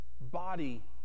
body